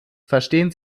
verstehen